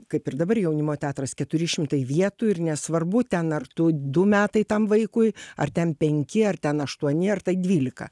kaip ir dabar jaunimo teatras keturi šimtai vietų ir nesvarbu ten ar tu du metai tam vaikui ar ten penki ar ten aštuoni ar tai dvylika